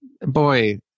Boy